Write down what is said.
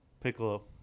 piccolo